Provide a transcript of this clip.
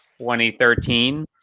2013